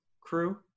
crew